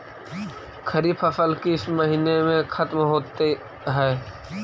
खरिफ फसल किस महीने में ख़त्म होते हैं?